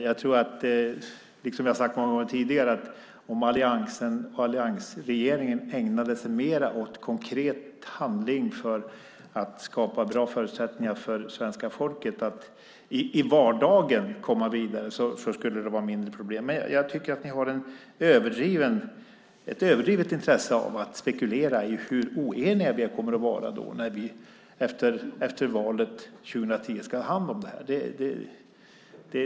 Jag tror, som jag har sagt tidigare, att om alliansregeringen ägnade sig mer åt konkret handling för att skapa bra förutsättningar för svenska folket att komma vidare i vardagen skulle problemen vara mindre. Jag tycker att ni har ett överdrivet intresse av att spekulera i hur oeniga vi kommer att vara när vi efter valet 2010 ska ha hand om detta.